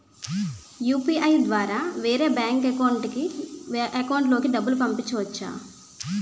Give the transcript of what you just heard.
UPI ద్వారా వేరే bank account లోకి డబ్బులు పంపించవచ్చా?